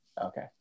Okay